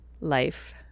life